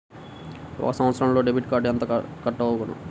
ఒక సంవత్సరంలో డెబిట్ కార్డుకు ఎంత కట్ అగును?